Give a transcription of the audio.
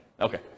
Okay